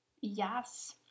Yes